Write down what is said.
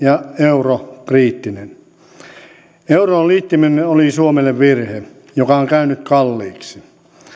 ja eurokriittinen euroon liittyminen oli suomelle virhe joka on käynyt kalliiksi